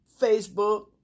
Facebook